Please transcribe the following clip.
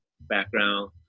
background